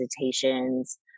visitations